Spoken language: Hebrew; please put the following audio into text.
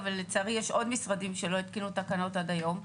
אבל לצערי יש עוד משרדים שלא התקינו תקנות עד היום.